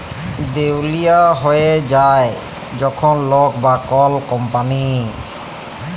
দেউলিয়া হঁয়ে যায় যখল লক বা কল কম্পালি